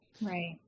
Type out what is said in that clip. Right